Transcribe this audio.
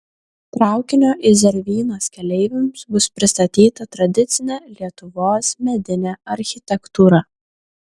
traukinio į zervynas keleiviams bus pristatyta tradicinė lietuvos medinė architektūra